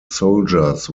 soldiers